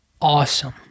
awesome